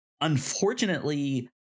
unfortunately